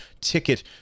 ticket